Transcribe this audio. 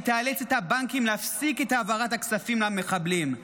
שתיאלץ את הבנקים להפסיק את העברת הכספים למחבלים.